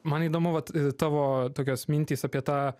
man įdomu vat tavo tokios mintys apie tą